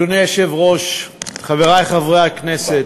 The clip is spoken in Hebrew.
אדוני היושב-ראש, חברי חברי הכנסת,